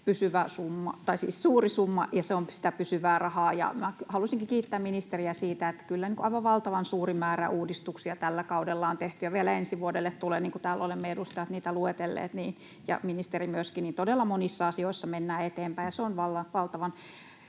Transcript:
suuri summa, ja se on sitä pysyvää rahaa. Halusinkin kiittää ministeriä siitä, että kyllä aivan valtavan suuri määrä uudistuksia tällä kaudella on tehty ja vielä ensi vuodelle tulee, niin kuin täällä olemme, edustajat, niitä luetelleet, ja ministeri myöskin. Todella monissa asioissa mennään eteenpäin, ja se on valtavan